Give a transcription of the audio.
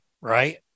right